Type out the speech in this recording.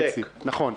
צודק.